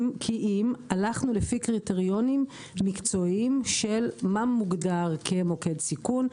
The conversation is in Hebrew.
כי אם הלכנו לפי קריטריונים מקצועיים של מה מוגדר כמוקד סיכון,